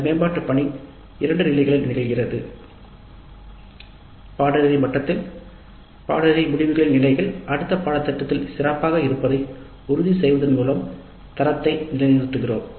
இந்த மேம்பாட்டு பணி இரண்டு நிலைகளில் நிகழ்கிறது பாடநெறி மட்டத்தில் பாடநெறி முடிவுகளின் நிலைகள் அடுத்த பாடத்திட்டத்தில் சிறப்பாக இருப்பதை உறுதி செய்வதன் மூலம் தரத்தை நிலை நிறுத்துகிறோம